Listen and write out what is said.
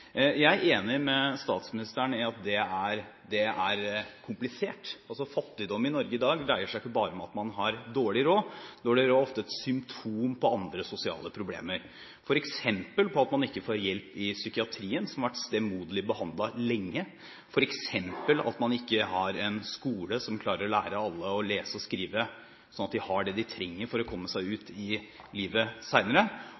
Jeg er enig med statsministeren i at det er komplisert. Fattigdom i Norge i dag dreier seg ikke bare om at man har dårlig råd. Dårlig råd er ofte et symptom på andre sosiale problemer, f.eks. på at man ikke får hjelp i psykiatrien, som har vært stemoderlig behandlet lenge, at man ikke har en skole som klarer å lære alle å lese og skrive, slik at de har det de trenger for å komme seg